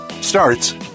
starts